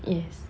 yes